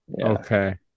Okay